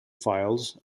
files